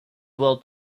world